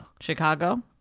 Chicago